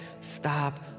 stop